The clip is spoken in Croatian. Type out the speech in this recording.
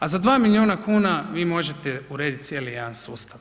A za 2 milijuna kuna vi možete urediti cijeli jedan sustav.